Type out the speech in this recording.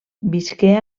visqué